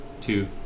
two